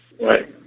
Right